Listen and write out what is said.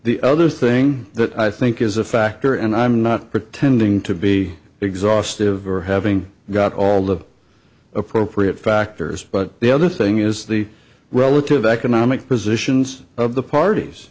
the other thing that i think is a factor and i'm not pretending to be exhaustive or having got all the appropriate factors but the other thing is the relative economic positions of the parties